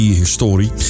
historie